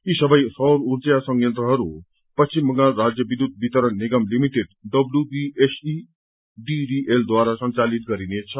यी सबै सौर उर्जा संयन्त्रहरू पश्चिम बंगाल राज्य विध्युत वितरण निगम लिमिटेड डब्ल्यूबीएसईडीडीएल ढारा संचालित गरिनेछ